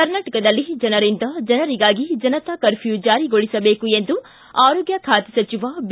ಕರ್ನಾಟಕದಲ್ಲಿ ಜನರಿಂದ ಜನರಿಗಾಗಿ ಜನತಾ ಕರ್ಮ್ಯೂ ಜಾರಿಗೊಳಿಸಬೇಕು ಎಂದು ಆರೋಗ್ಡ ಖಾತೆ ಸಚಿವ ಬಿ